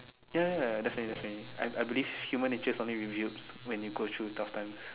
ya ya definitely definitely I believe human natures only revealed when they go through tough times